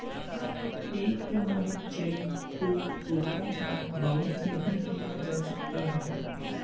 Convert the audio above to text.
एक प्रमाणित चेक को रोका या बाउंस नहीं किया जा सकता है